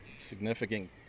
significant